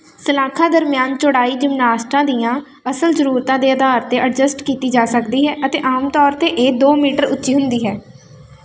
ਸਲਾਖਾਂ ਦਰਮਿਆਨ ਚੌੜਾਈ ਜਿਮਨਾਸਟਾਂ ਦੀਆਂ ਅਸਲ ਜ਼ਰੂਰਤਾਂ ਦੇ ਅਧਾਰ 'ਤੇ ਅਡਜਸਟ ਕੀਤੀ ਜਾ ਸਕਦੀ ਹੈ ਅਤੇ ਆਮ ਤੌਰ 'ਤੇ ਇਹ ਦੋ ਮੀਟਰ ਉੱਚੀ ਹੁੰਦੀ ਹੈ